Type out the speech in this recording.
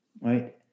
right